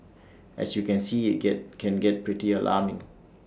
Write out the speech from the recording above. as you can see IT get can get pretty alarming